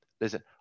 Listen